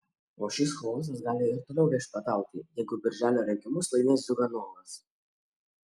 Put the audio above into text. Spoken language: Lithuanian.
o šis chaosas gali ir toliau viešpatauti jeigu birželio rinkimus laimės ziuganovas